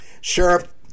Sheriff